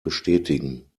bestätigen